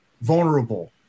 vulnerable